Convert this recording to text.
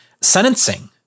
sentencing